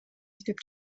издеп